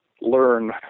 learn